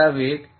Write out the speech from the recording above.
छोटा वेग